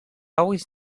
always